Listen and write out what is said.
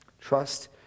Trust